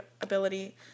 ability